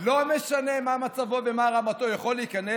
לא משנה מה מצבו ומהר רמתו, יכול להיכנס.